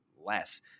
less